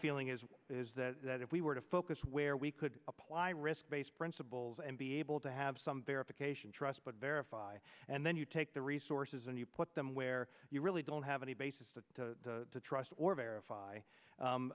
feeling is is that if we were to focus where we could apply risk based principles and be able to have some verification trust but verify and then you take the resources and you put them where you really don't have any basis to trust or verify